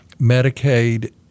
Medicaid